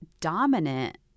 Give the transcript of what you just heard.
dominant